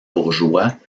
bourgeois